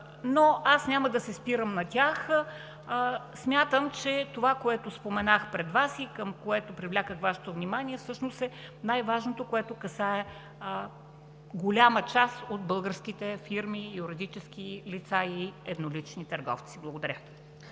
но аз няма да се спирам на тях. Смятам, че това, което споменах пред Вас и към което привлякох Вашето внимание, всъщност е най-важното, което касае голяма част от българските фирми, юридически лица и еднолични търговци. Благодаря.